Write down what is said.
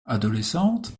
adolescente